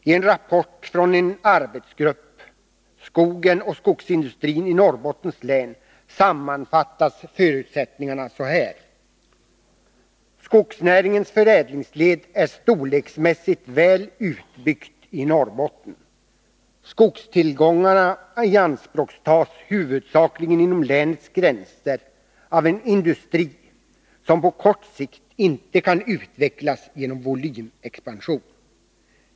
I en rapport från en arbetsgrupp, Skogen och skogsindustrin i Norrbottens län, sammanfattas förutsättningarna så här: ”Skogsnäringens förädlingsled är storleksmässigt väl utbyggt i Norrbotten. Skogstillgångarna ianspråktas huvudsakligen inom länets gränser av en industri som på kort sikt inte kan utvecklas genom volymexpansion.